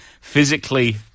physically